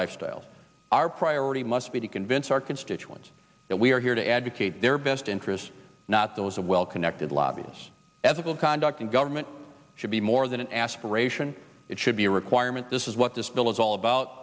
lifestyle our priority must be to convince our constituents that we are here to advocate their best interests not those of well connected lobbyists ethical conduct in government should be more than an aspiration it should be a requirement this is what this bill is all about